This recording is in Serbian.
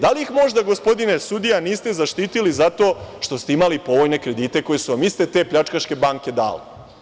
Da li ih možda, gospodine sudija, niste zaštitili zato što ste imali povoljne kredite koje su vam te iste pljačkaške banke dale?